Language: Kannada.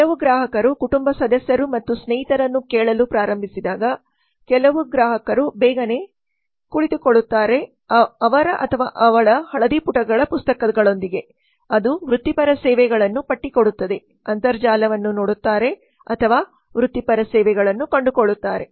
ಕೆಲವು ಗ್ರಾಹಕರು ಕುಟುಂಬ ಸದಸ್ಯರು ಮತ್ತು ಸ್ನೇಹಿತರನ್ನು ಕೇಳಲು ಪ್ರಾರಂಭಿಸಿದಾಗ ಕೆಲವು ಗ್ರಾಹಕರು ಬೇಗನೆ ಕುಳಿತುಕೊಳ್ಳುತ್ತಾರೆ ಅವರ ಅಥವಾ ಅವಳ ಹಳದಿ ಪುಟಗಳ ಪುಸ್ತಕದೊಂದಿಗೆ ಅದು ವೃತ್ತಿಪರ ಸೇವೆಗಳನ್ನು ಪಟ್ಟಿ ಕೊಡುತ್ತದೆ ಅಂತರ್ಜಾಲವನ್ನು ನೋಡುತ್ತಾರೆ ಅಥವಾ ವೃತ್ತಿಪರ ಸೇವೆಗಳನ್ನು ಕಂಡುಕೊಳ್ಳುತ್ತಾರೆ